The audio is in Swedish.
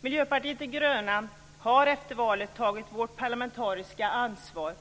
Vi i Miljöpartiet de gröna har efter valet tagit vårt parlamentariska ansvar